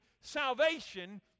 salvation